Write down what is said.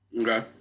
Okay